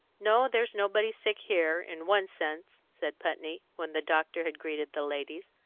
no, there's nobody sick here, in one sense, said putney, when the doctor had greeted the ladies.